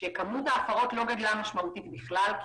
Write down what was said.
שכמות ההפרות לא גדלה משמעותית בכלל כי